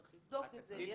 צריך לבדוק את זה.